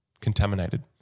contaminated